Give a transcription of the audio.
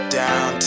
down